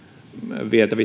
vietävä